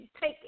take